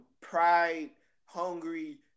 pride-hungry